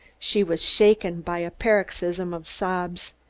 she was shaken by a paroxysm of sobs.